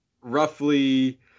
roughly